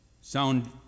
Sound